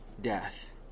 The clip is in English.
death